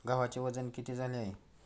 गव्हाचे वजन किती झाले आहे?